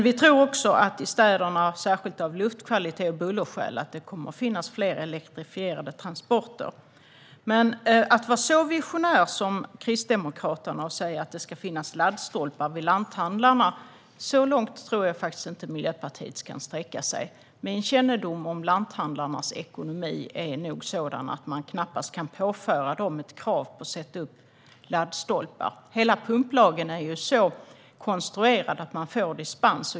Vi tror också att det i städerna, särskilt av luftkvalitets och bullerskäl, kommer att finnas fler elektrifierade transporter. Men att vara så visionär som Kristdemokraterna och säga att det ska finnas laddstolpar vid lanthandlarna, så långt tror jag inte att Miljöpartiet kan sträcka sig. Min kännedom om lanthandlarnas ekonomi säger mig att man knappast kan påföra dem ett krav på att sätta upp laddstolpar. Hela pumplagen är så konstruerad att man får dispens.